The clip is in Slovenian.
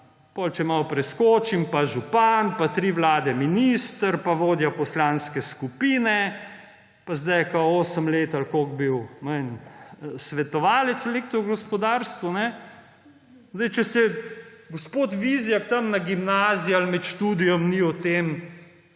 če malo preskočim, župan pa tri vlade minister pa vodja poslanske skupine, zdaj je bil osem let ali koliko svetovalec v elektrogospodarstvu. Če se gospod Vizjak na gimnaziji ali med študijem ni o tem